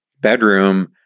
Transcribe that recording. bedroom